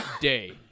day